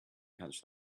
catch